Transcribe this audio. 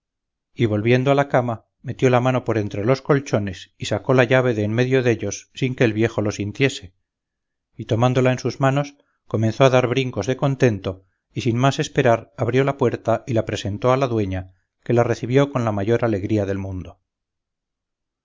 y volviendo a la cama metió la mano por entre los colchones y sacó la llave de en medio dellos sin que el viejo lo sintiese y tomándola en sus manos comenzó a dar brincos de contento y sin más esperar abrió la puerta y la presentó a la dueña que la recibió con la mayor alegría del mundo